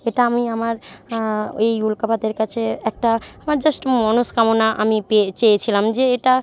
এটা আমি আমার ওই উল্কাপাতের কাছে একটা আমার জাস্ট মনস্কামনা আমি পেয়ে চেয়েছিলাম যে এটা